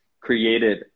created